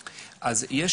אז אנחנו קצת תקועים.